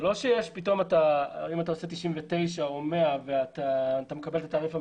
זה לא שאם אתה עושה 99 או 100 אתה מקבל את התעריף המתאים,